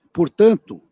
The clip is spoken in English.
Portanto